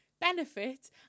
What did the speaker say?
benefit